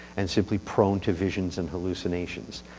and simply prone to visions and hallucinations.